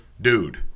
dude